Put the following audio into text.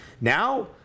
Now